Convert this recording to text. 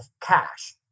cash